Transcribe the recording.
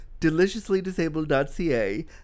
deliciouslydisabled.ca